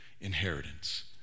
inheritance